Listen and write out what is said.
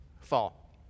fall